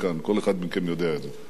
כל אחד מכם יודע את זה.